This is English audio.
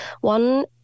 One